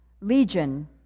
Legion